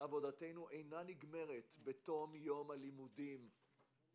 עבודתנו אינה נגמרת בתום יום הלימודים;